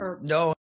No